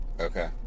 Okay